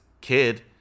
kid